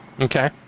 Okay